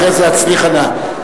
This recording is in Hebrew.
אחרי זה "הצליחה נא".